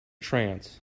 trance